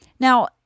Now